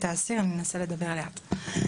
אני אתן דוגמה.